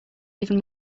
even